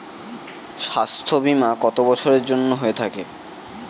স্বাস্থ্যবীমা কত বছরের জন্য হয়ে থাকে?